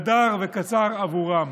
עדר וקצר עבורם.